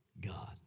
God